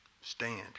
Stand